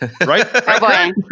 Right